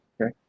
okay